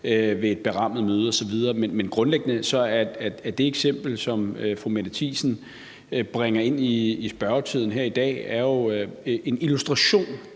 ved et berammet møde, osv. Men grundlæggende er det eksempel, som fru Mette Thiesen bringer ind i spørgetiden her i dag, jo en illustration